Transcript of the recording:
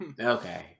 okay